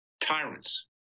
tyrants